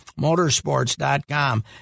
Motorsports.com